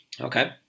Okay